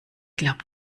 glaub